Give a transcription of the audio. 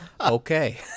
Okay